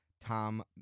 Tom